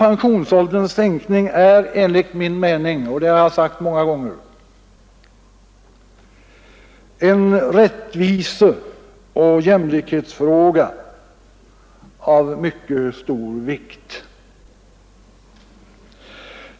Enligt min mening är frågan om en sänkning av pensionsåldern en rättviseoch jämlikhetsfråga av mycket stor betydelse. Det har jag framhållit många gånger.